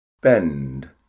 bend